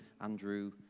Andrew